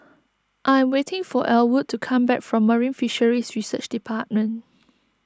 I am waiting for Elwood to come back from Marine Fisheries Research Department